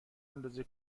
اندازه